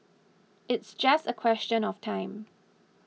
it's just a question of time